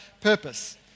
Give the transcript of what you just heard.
purpose